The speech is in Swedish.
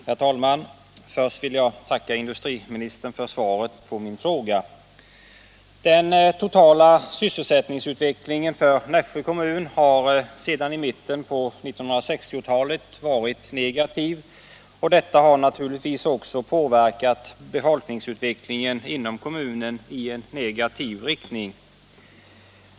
Herr talman! Först vill jag tacka industriministern för svaret på min fråga. Den totala sysselsättningsutvecklingen för Nässjö kommun har sedan mitten på 1960-talet varit negativ, och detta har naturligtvis också påverkat befolkningsutvecklingen inom kommunen i negativ riktning.